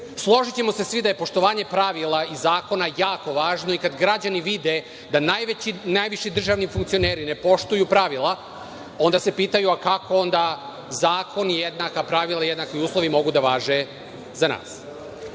učinio. Složićemo se svi da je poštovanje pravila i zakona jako važno. Kada građani vide da najveći i najviši državni funkcioneri ne poštuju pravila, onda se pitaju kako onda zakoni i jednaka pravila i jednaki uslovi mogu da važe za nas?